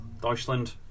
Deutschland